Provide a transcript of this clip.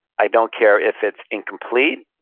i don't care if it's incomplete.